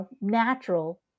natural